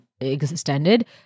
extended